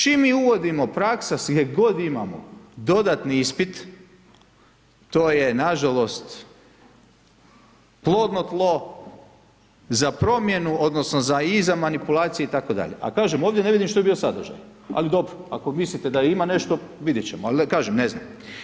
Čim mi uvodimo praksa, gdje god imamo dodatni ispit, to je nažalost, plodno tlo za promjenu odnosno za i za manipulacije itd., a kažem, ovdje ne vidim što je bio sadržaj, ali dobro, ako mislite da ima nešto, vidjet ćemo, ali kažem, ne znam.